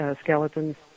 skeletons